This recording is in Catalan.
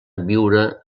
viure